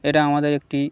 এটা আমাদের একটি